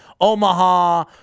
Omaha